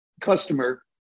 customer